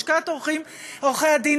לשכת עורכי-הדין,